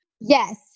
Yes